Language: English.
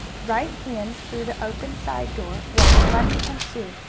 right in through the open side door walked bunny and sue,